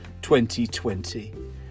2020